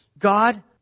God